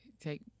Take